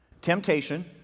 Temptation